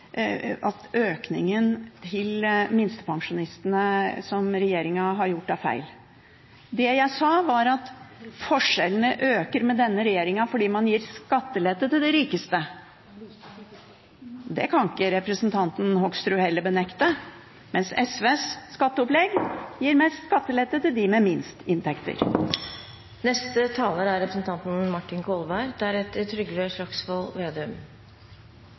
at økningen til minstepensjonistene som regjeringen har gjort, er feil. Det jeg sa, var at forskjellene øker med denne regjeringen fordi man gir skattelette til de rikeste – det kan heller ikke representanten Hoksrud benekte – mens SVs skatteopplegg gir mest skattelette til dem med minst inntekter. Fremskrittspartiets parlamentariske leder, representanten Nesvik, sa, med henvisning til meg, at handlingsrommet for denne regjeringen nå er